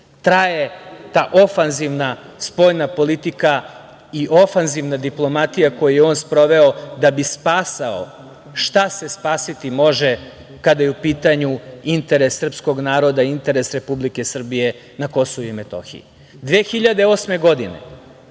traje ta ofanzivna spoljna politika i ofanzivna diplomatija koju je on sproveo da bi spasio šta se spasiti može kada je u pitanju interes srpskog naroda, interes Republike Srbije na Kosovu i Metohiji. Godine